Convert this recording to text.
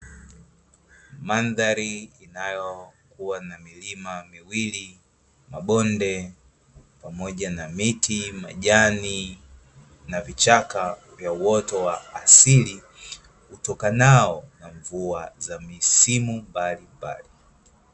Mandhari inayokuwa na milima miwili, mabonde pamoja na miti majani, na vichaka vya uoto wa asili utokanao na mvua za misimu mbalimbali.